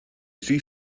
see